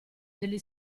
degli